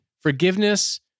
forgiveness